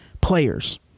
players